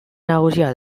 nagusia